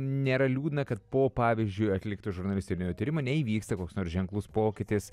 nėra liūdna kad po pavyzdžiui atlikto žurnalistinio tyrimo neįvyksta koks nors ženklus pokytis